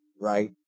right